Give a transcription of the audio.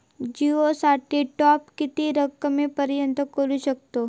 जिओ साठी टॉप किती रकमेपर्यंत करू शकतव?